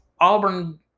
Auburn